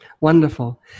Wonderful